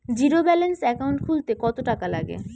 Zero balance account খুলতে কত টাকা লাগে?